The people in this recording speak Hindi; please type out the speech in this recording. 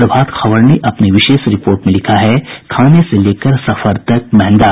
प्रभात खबर ने अपनी विशेष रिपोर्ट में लिखा है खाने से लेकर सफर तक महंगा